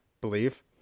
believe